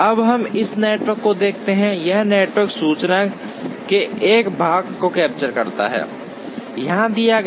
अब हम इस नेटवर्क को देखते हैं यह नेटवर्क सूचना के एक भाग को कैप्चर करता है यहाँ दिया गया